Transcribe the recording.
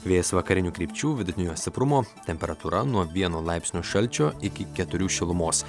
vėjas vakarinių krypčių vidutinio stiprumo temperatūra nuo vieno laipsnio šalčio iki keturių šilumos